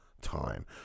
time